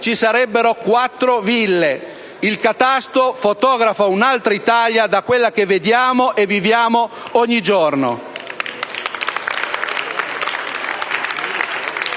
ci sarebbero quattro ville. Il catasto fotografa un'altra Italia da quella che vediamo e viviamo ogni giorno.